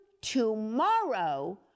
tomorrow